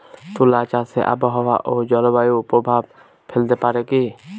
তুলা চাষে আবহাওয়া ও জলবায়ু প্রভাব ফেলতে পারে কি?